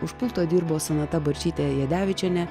už pulto dirbo sonata barčytė jadevičienė